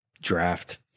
draft